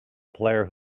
player